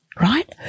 right